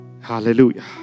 Hallelujah